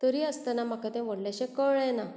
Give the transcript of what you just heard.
तरी आसतना म्हाका तें व्हडलेंशें कळ्ळें ना